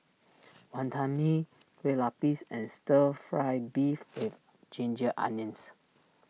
Wonton Mee Kueh Lapis and Stir Fry Beef with Ginger Onions